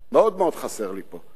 מאוד-מאוד חסר לי פה,